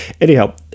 Anyhow